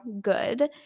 Good